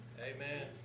Amen